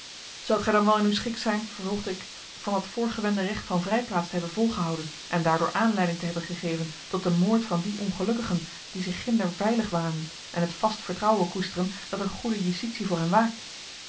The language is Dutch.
zoudt gij dan wel in uw schik zijn vervolgde ik van dat voorgewende recht van vrijplaats te hebben volgehouden en daardoor aanleiding te hebben gegeven tot den moord van die ongelukkigen die zich ginder veilig wanen en het vast vertrouwen koesteren dat een goede justitie voor hen waakt